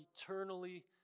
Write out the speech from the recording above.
eternally